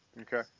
Okay